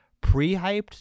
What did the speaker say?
pre-hyped